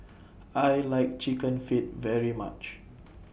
I like Chicken Feet very much